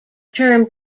term